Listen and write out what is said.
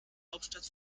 hauptstadt